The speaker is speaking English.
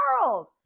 Charles